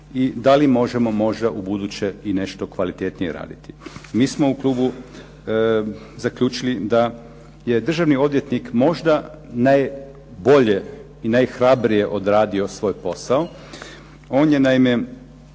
I da li možemo možda ubuduće i nešto kvalitetnije raditi? Mi smo u klubu zaključili da je državni odvjetnik možda najbolje i najhrabrije odradio svoj posao. On je naime